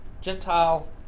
Gentile